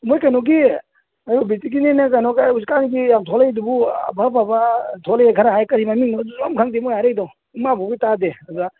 ꯃꯣꯏ ꯀꯩꯅꯣꯒꯤ ꯑꯌꯨꯔꯚꯦꯗꯤꯛꯀꯤꯅꯦꯅꯒ ꯀꯩꯅꯣꯒ ꯍꯧꯖꯤꯛꯀꯥꯟꯒꯤ ꯌꯥꯝ ꯊꯣꯂꯛꯏꯗꯨꯕꯨ ꯑꯐ ꯑꯐꯕ ꯊꯣꯂꯛꯑꯦ ꯈꯔ ꯍꯥꯏ ꯀꯔꯤ ꯃꯃꯤꯡꯅꯣ ꯑꯗꯨꯁꯨ ꯑꯝ ꯈꯪꯗꯦ ꯃꯣꯏ ꯍꯥꯏꯔꯛꯏꯗꯣ ꯏꯃꯥ ꯄꯣꯛꯄꯗꯒꯤ ꯇꯥꯗꯦ ꯑꯗꯨꯗ